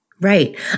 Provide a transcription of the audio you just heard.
Right